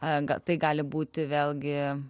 angą tai gali būti vėlgi